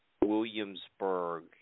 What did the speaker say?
Williamsburg